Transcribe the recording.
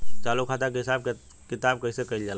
चालू खाता के हिसाब किताब कइसे कइल जाला?